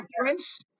prince